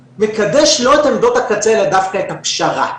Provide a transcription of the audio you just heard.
שמקדש לא את עמדות הקצה אלא דווקא את הפשרה,